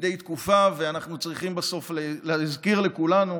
מדי תקופה, ואנחנו צריכים בסוף להזכיר לכולנו